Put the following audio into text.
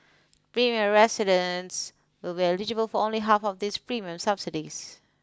residents will be eligible for only half of these premium subsidies